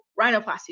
rhinoplasty